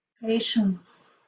Patience